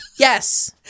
Yes